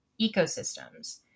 ecosystems